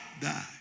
Die